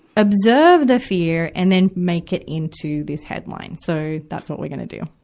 observe the fear and then make it into this headline. so, that's what we're gonna do.